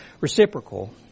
Reciprocal